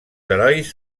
herois